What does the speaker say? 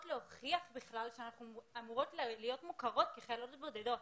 להוכיח שאנחנו אמורות להיות מוכרות כחיילות בודדות.